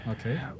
okay